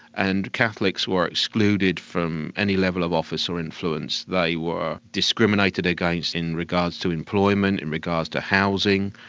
and catholics were excluded from any level of office or influence, they were discriminated against in regards to employment, in regards to housing.